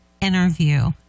interview